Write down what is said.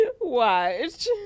Watch